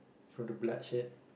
for the bloodshed